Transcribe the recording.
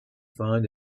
find